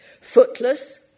Footless